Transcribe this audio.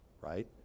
right